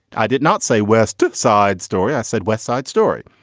i did not say west side story i said west side story.